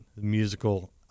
musical